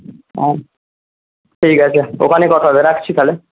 আচ্ছা ঠিক আছে ওখানেই কথা হবে রাখছি তাহলে